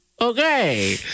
Okay